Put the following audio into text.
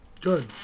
good